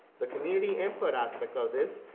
the community input aspect of this,